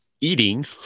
eating